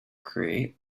create